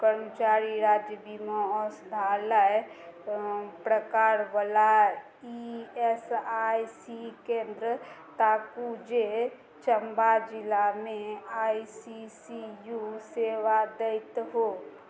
कर्मचारी राज्य बीमा औषधालय प्रकारवला ई एस आई सी केन्द्र ताकू जे चम्बा जिलामे आई सी सी यू सेवा दैत हो